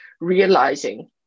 realizing